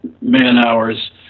man-hours